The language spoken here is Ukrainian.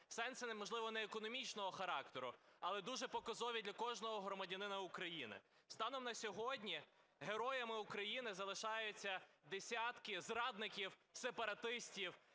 сенси, можливо, не економічного характеру, але дуже показові для кожного громадянина України. Станом на сьогодні героями України залишаються десятки зрадників, сепаратистів,